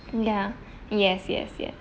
ya yes yes yes